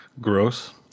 gross